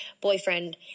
boyfriend